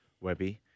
Webby